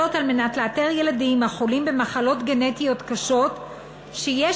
על מנת לאתר ילדים החולים במחלות גנטיות קשות שיש